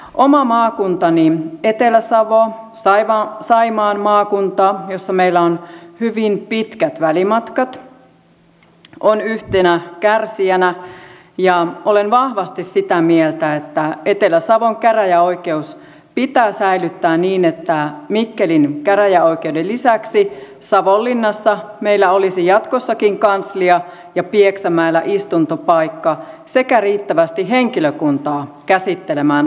oma maakuntani etelä savo saimaan maakunta jossa meillä on hyvin pitkät välimatkat on yhtenä kärsijänä ja olen vahvasti sitä mieltä että etelä savon käräjäoikeus pitää säilyttää niin että mikkelin käräjäoikeuden lisäksi meillä olisi jatkossakin savonlinnassa kanslia ja pieksämäellä istuntopaikka sekä riittävästi henkilökuntaa käsittelemään asioita